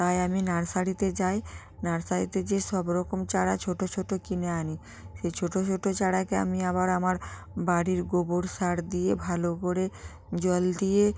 তাই আমি নার্সারিতে যাই নার্সারিতে যেয়ে সব রকম চারা ছোটো ছোটো কিনে আনি এই ছোটো ছোটো চারাকে আমি আবার আমার বাড়ির গোবর সার দিয়ে ভালো করে জল দিয়ে